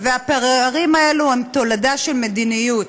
והפערים האלו הם תולדה של מדיניות.